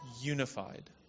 unified